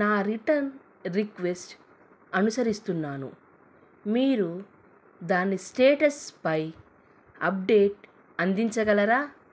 నా return request అనుసరిస్తున్నాను మీరు దాని స్టేటస్ పై అప్డేట్ అందించగలరా